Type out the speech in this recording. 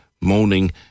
moaning